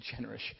generous